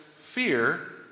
fear